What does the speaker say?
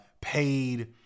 paid